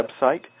website